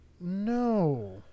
No